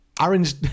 Aaron's